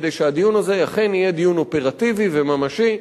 כדי שהדיון הזה אכן יהיה דיון אופרטיבי וממשי,